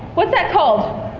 what's that called?